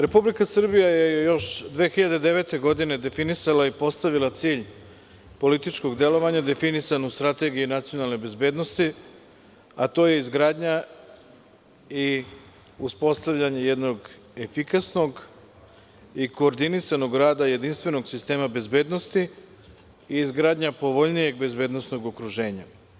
Republika Srbija je još 2009. godine definisala i postavila cilj političkog delovanja definisan u Strategiji nacionalne bezbednosti, a to je izgradnja i uspostavljanje jednog efikasnog i koordinisanog rada jedinstvenog sistema bezbednosti i izgradnja povoljnijeg bezbednosnog okruženja.